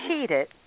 cheated